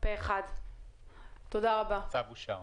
הצבעה אושר.